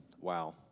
wow